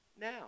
Now